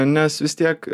nes vis tiek